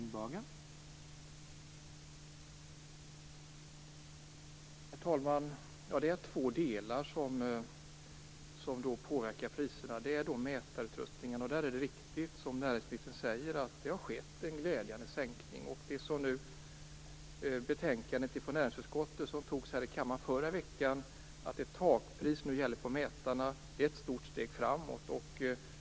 Herr talman! Det är två delar som påverkar priserna. En är mätarutrustningen, och där har det som näringsministern säger skett en glädjande sänkning. Det som beslutades när vi antog näringsutskottets betänkande här i kammaren förra veckan, nämligen att ett takpris nu gäller för mätarna, är ett stort steg framåt.